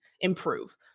improve